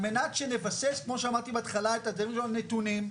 על מנת שנבסס כמו שאמרתי בהתחלה את הדיון שלנו על נתונים,